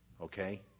Okay